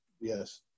Yes